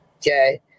Okay